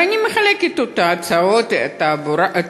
ואני מחלקת אותה: הוצאות תחבורה,